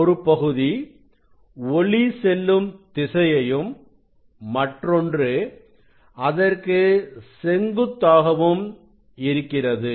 ஒரு பகுதி ஒளி செல்லும் திசையையும் மற்றொன்று அதற்கு செங்குத்தாகவும் இருக்கிறது